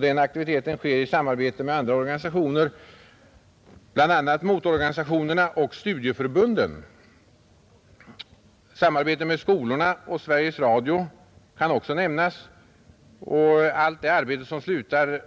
Den aktiviteten sker i samarbete med andra organisationer, bl.a. motororganisationerna och studieförbunden. Samarbetet med skolorna och Sveriges Radio kan också nämnas liksom det arbete som